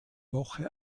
woche